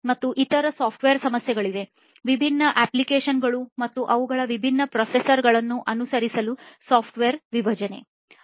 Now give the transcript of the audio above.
ಮತ್ತು ಇತರ ಸಾಫ್ಟ್ವೇರ್ ಸಮಸ್ಯೆಗಳಿವೆ ವಿಭಿನ್ನ ಅಪ್ಲಿಕೇಶನ್ಗಳು ಮತ್ತು ಅವುಗಳ ವಿಭಿನ್ನ ಪ್ರೊಸೆಸರ್ ಗಳನ್ನು ಅನುಸರಿಸಲು ಸಾಫ್ಟ್ವೇರ್ ವಿಭಜನೆ ಇವೆ